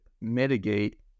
mitigate